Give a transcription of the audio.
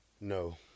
No